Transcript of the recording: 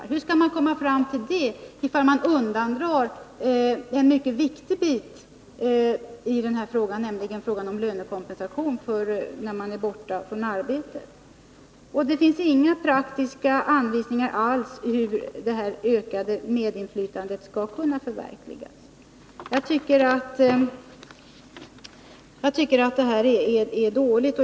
Men hur skall man uppnå det, om man bortser från en mycket viktig del av den här frågan, nämligen lönekompensationen för dem som är borta från arbetet. Det finns heller inga praktiska anvisningar alls om hur det ökade medinflytandet skall kunna förverkligas. Jag tycker förslaget är dåligt.